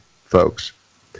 folks